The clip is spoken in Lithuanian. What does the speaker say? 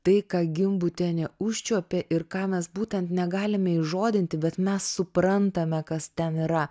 tai ką gimbutienė užčiuopė ir ką mes būtent negalime įžodinti bet mes suprantame kas ten yra